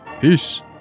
peace